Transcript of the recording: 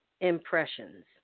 impressions